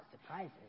surprises